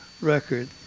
record